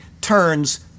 turns